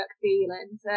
feeling